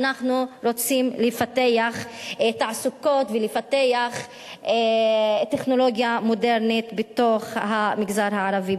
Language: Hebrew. אנחנו גם רוצים לפתח תעסוקות ולפתח טכנולוגיה בתוך המגזר הערבי,